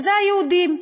וזה היהודים.